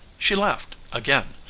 she laughed again,